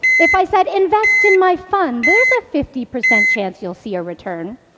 if i said, invest in my fund, there's a fifty per cent chance you'll see a return.